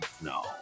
No